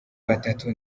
batatu